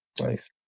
Nice